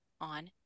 on